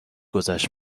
گذشت